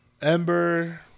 Ember